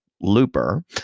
looper